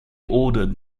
ordered